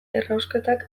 errausketak